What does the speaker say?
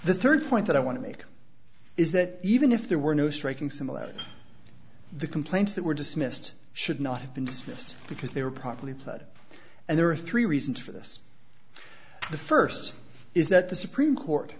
the third point that i want to make is that even if there were no striking similarities the complaints that were dismissed should not have been dismissed because they were properly applied and there are three reasons for this the first is that the supreme court